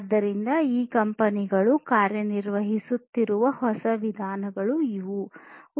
ಆದ್ದರಿಂದ ಈ ಕಂಪನಿಗಳು ಕಾರ್ಯನಿರ್ವಹಿಸುತ್ತಿರುವ ಹೊಸ ವಿಧಾನಗಳು ಇವು